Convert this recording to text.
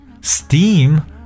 steam